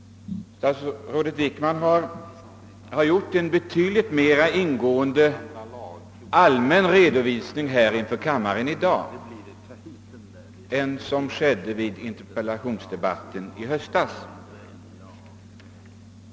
Statsrådet Wickman har gjort en betydligt mera ingående allmän redovisning inför kammaren i dag än vid interpellationsdebatten i höstas.